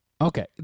Okay